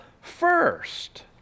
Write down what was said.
first